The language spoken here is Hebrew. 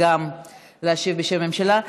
להשיב בשם הממשלה.